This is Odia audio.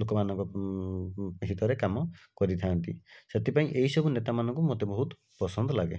ଲୋକମାନଙ୍କ ହିତରେ କାମ କରିଥାଆନ୍ତି ସେଥିପାଇଁ ଏଇସବୁ ନେତାମାନଙ୍କୁ ମୋତେ ବହୁତ ପସନ୍ଦ ଲାଗେ